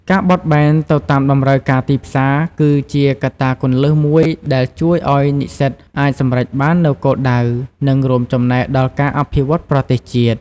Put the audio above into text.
ការបត់បែនទៅតាមតម្រូវការទីផ្សារ គឺជាកត្តាគន្លឹះមួយដែលជួយឱ្យនិស្សិតអាចសម្រេចបាននូវគោលដៅ និងរួមចំណែកដល់ការអភិវឌ្ឍប្រទេសជាតិ។